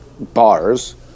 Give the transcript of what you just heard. bars